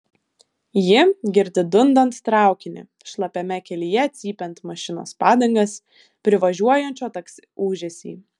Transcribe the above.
ji girdi dundant traukinį šlapiame kelyje cypiant mašinos padangas privažiuojančio taksi ūžesį